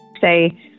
say